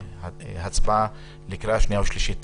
להצבעה בקריאה שנייה ושלישית.